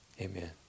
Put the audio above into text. Amen